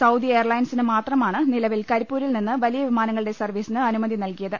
Saudi എയർലൈൻസിന് മാത്രമാണ് നിലവിൽ കരിപ്പൂരിൽ നിന്ന് വലിയ വിമാനങ്ങളുടെ സർവീസിന് അനുമതി നൽകിയത്